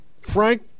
Frank